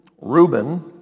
Reuben